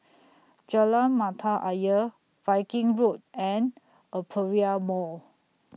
Jalan Mata Ayer Viking Road and Aperia Mall